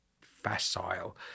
facile